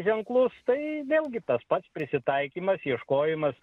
ženklus tai vėlgi tas pats prisitaikymas ieškojimas